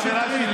בבקשה.